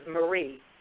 Marie